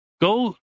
Go